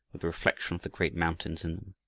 the reflection of the great mountains in